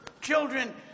children